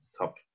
top